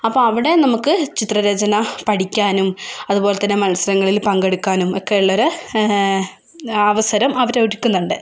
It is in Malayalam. അപ്പോൾ അവിടെ നമുക്ക് ചിത്രരചന പഠിക്കാനും അതുപോലെതന്നെ മത്സരങ്ങളിൽ പങ്കെടുക്കാനും ഒക്കെ ഉള്ളൊരു അവസരം അവരൊരുക്കുന്നുണ്ട്